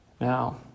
Now